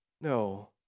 No